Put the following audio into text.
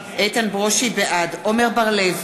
בעד עמר בר-לב,